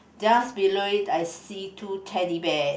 just below it I see two Teddy Bears